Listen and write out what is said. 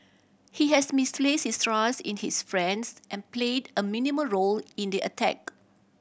he has misplaced his trust in his friends and played a minimal role in the attack